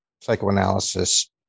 psychoanalysis